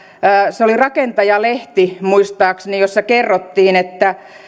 se oli rakentaja lehti muistaakseni jossa kerrottiin että